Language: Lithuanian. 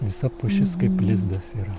visa pušis kaip lizdas yra